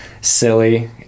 silly